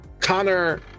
connor